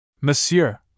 Monsieur